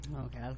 okay